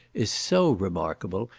is so remarkable,